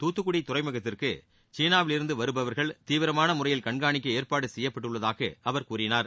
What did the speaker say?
துத்துக்குடி துறைமுகத்திற்கு சீனாவில் இருந்து வருபவர்கள் தீவிரமான முறையில் கண்காணிக்க ஏற்பாடு செய்யப்பட்டுள்ளதாக அவர் கூறினார்